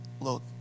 look